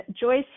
Joyce